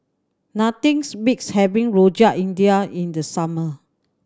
nothing's beats having Rojak India in the summer